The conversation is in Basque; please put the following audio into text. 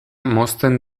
mozten